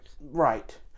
Right